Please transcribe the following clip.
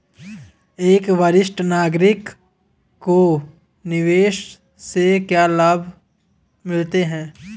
एक वरिष्ठ नागरिक को निवेश से क्या लाभ मिलते हैं?